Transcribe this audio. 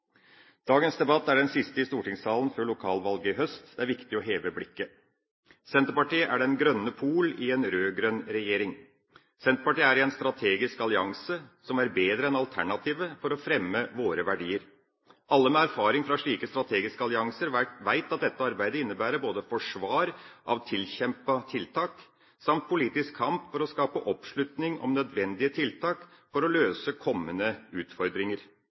Dagens debatt er den siste i stortingssalen før lokalvalget i høst. Det er viktig å heve blikket. Senterpartiet er den grønne pol i en rød-grønn regjering. Senterpartiet er i en strategisk allianse som er bedre enn alternativet, for å fremme våre verdier. Alle med erfaring fra slike strategiske allianser vet at dette arbeidet innebærer både forsvar av tilkjempede tiltak og politisk kamp for å skape oppslutning om nødvendige tiltak for å løse kommende utfordringer,